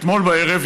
אתמול בערב,